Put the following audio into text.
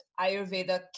Ayurveda